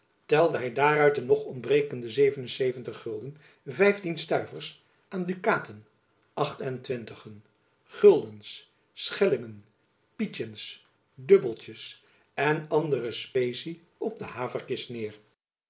telde hy daaruit de nog ontbrekende zeven gulden vijftien stuivers aan dukaten acht-en-twintigen guldens schellingen pietjens dubbeltjens en andere specie op de haverkist neêr